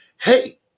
hey